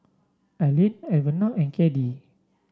Arlene Alvena and Caddie